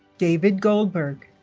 david goldberg